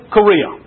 Korea